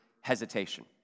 hesitation